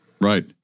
Right